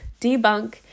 debunk